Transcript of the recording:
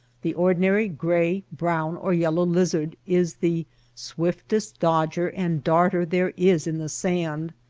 the ordinary gray, brown, or yel low lizard is the swiftest dodger and darter there is in the sand,